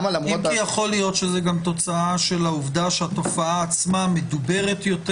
אם כי יכול להיות שזאת גם תוצאה של העובדה שהתופעה עצמה מדוברת יותר